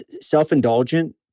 self-indulgent